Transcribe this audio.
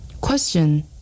Question